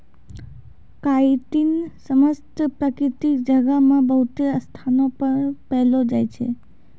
chitin समस्त प्रकृति जगत मे बहुते स्थानो पर पैलो जाय छै